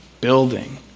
building